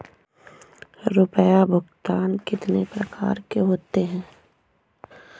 रुपया भुगतान कितनी प्रकार के होते हैं?